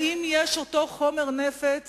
אם אותו חומר נפץ